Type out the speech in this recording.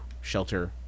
shelter